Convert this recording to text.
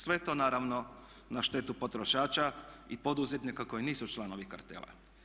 Sve to naravno na štetu potrošača i poduzetnika koji nisu članovi kartela.